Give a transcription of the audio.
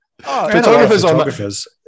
photographers